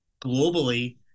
globally